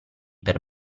per